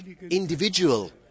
individual